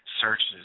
searches